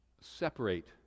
separate